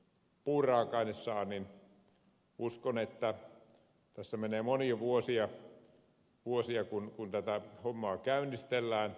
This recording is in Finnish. uskon että tässä menee monia vuosia kun tätä hommaa käynnistellään